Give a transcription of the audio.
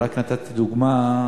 לדוגמה,